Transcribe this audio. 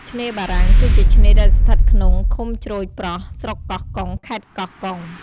ឆ្នេរបារាំង គឺជាឆ្នេរដែលស្ថិតក្នុងឃុំជ្រោយប្រស់ ស្រុកកោះកុង ខេត្តកោះកុង។